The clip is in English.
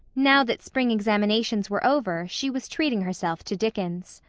now that spring examinations were over she was treating herself to dickens.